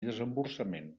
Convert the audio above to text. desemborsament